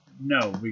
No